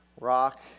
rock